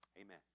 Amen